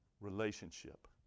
relationship